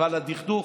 ועל הדכדוך